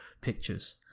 pictures